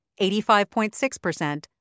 85.6%